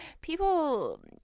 people